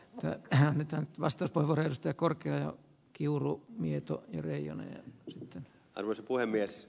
ota häntä vastaan on väreistä korkkeja kiuru mieto reijonen itse toivoisi ed